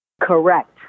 Correct